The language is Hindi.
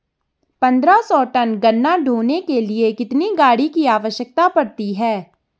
पन्द्रह सौ टन गन्ना ढोने के लिए कितनी गाड़ी की आवश्यकता पड़ती है?